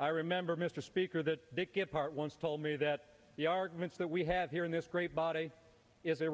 i remember mr speaker that dick gephardt once told me that the arguments that we have here in this great body is a